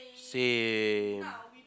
same